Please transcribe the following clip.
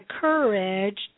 courage